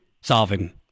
solving